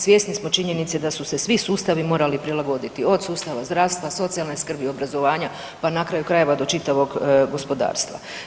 Svjesni smo činjenice da su se svi sustavi morali prilagoditi, od sustava zdravstva, socijalne skrbi, obrazovanja pa na kraju krajeva do čitavog gospodarstva.